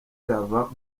irava